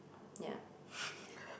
ya